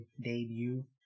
debut